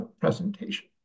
presentation